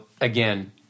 again